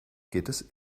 geht